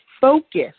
focus